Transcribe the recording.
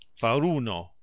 faruno